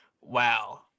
Wow